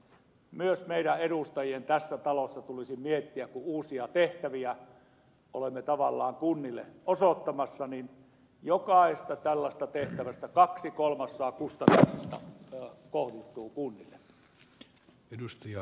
myös meidän edustajien tässä talossa tulisi miettiä kun uusia tehtäviä olemme tavallaan kunnille osoittamassa sitä että jokaisen tällaisen tehtävän osalta kaksi kolmasosaa kustannuksista kohdistuu kunnille